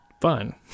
fun